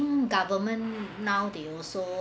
government now they also